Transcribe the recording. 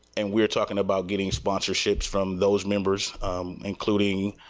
and we are talking about getting sponsorships from those members including